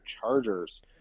Chargers